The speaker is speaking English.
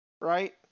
right